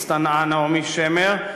הצטנעה נעמי שמר,